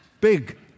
Big